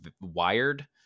wired